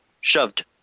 Shoved